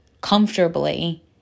comfortably